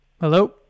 hello